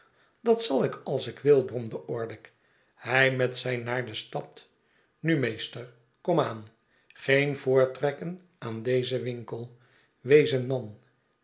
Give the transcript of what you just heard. dat zal ik als ik wil bromde orlick hij met zijn naar de stad nu meester kom aan geen voortrekken aan dezen wink el wees een man